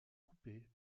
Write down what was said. coupée